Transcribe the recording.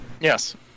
Yes